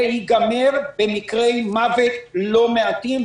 זה ייגמר במקרי מוות לא מעטים.